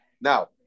Now